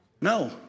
No